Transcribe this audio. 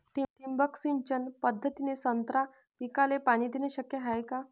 ठिबक सिंचन पद्धतीने संत्रा पिकाले पाणी देणे शक्य हाये का?